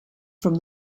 from